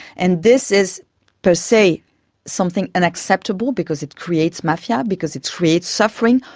and this is per se something unacceptable because it creates mafia, because it creates suffering,